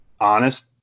honest